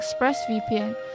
ExpressVPN